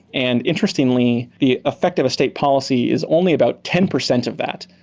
and interestingly the effect of a state policy is only about ten percent of that.